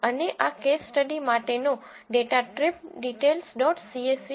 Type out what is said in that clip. અને આ case study માટેનો ડેટા ટ્રીપ ડીટેલ્સ ડોટ સીએસવીtripDetails